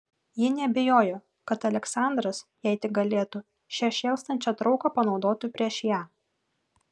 ji neabejojo kad aleksandras jei tik galėtų šią šėlstančią trauką panaudotų prieš ją